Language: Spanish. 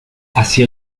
hacia